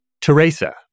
Teresa